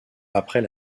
après